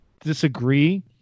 disagree